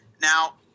Now